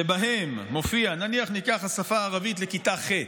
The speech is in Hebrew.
שבהן מופיע, נניח ניקח את השפה הערבית לכיתה ח'.